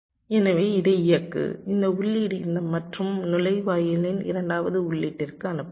எனவே இதை இயக்கு இந்த உள்ளீடு இந்த மற்றும் நுழைவாயிலின் இரண்டாவது உள்ளீட்டிற்கு அனுப்பலாம்